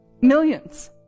millions